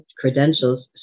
credentials